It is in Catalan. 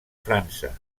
frança